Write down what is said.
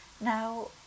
Now